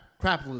crap